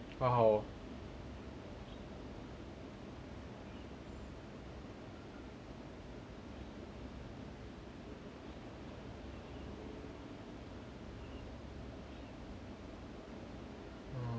!wow! um